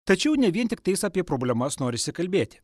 tačiau ne vien tiktais apie problemas norisi kalbėti